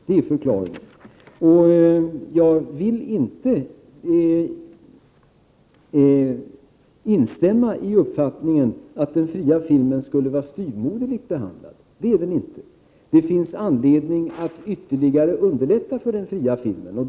Detta är förklaringen. Jag vill inte instämma i uppfattningen att den fria filmen skulle vara styvmoderligt behandlad — det är den inte. Det finns anledning att ytterligare underlätta för den fria filmens existens.